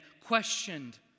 questioned